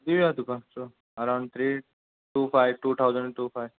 दिवया तुका so around three two five two thousand two five